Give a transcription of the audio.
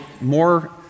more